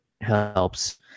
helps